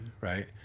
Right